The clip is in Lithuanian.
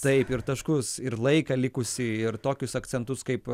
taip ir taškus ir laiką likusį ir tokius akcentus kaip